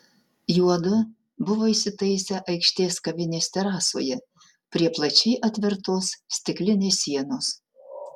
juodu buvo įsitaisę aikštės kavinės terasoje prie plačiai atvertos stiklinės sienos